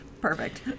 Perfect